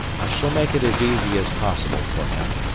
i shall make it as easy as possible for him,